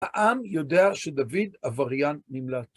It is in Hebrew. העם יודע שדוד עבריין נמלט.